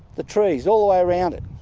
the trees all the way around it.